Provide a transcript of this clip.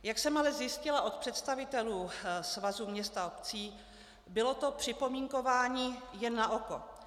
Jak jsem ale zjistila od představitelů Svazu měst a obcí, bylo to připomínkování jen naoko.